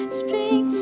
speak